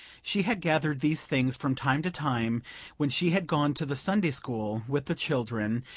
she had gathered these things from time to time when she had gone to the sunday-school with the children,